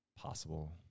possible